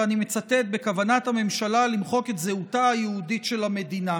ואני מצטט "בכוונת הממשלה למחוק את זהותה היהודית של המדינה".